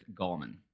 Gallman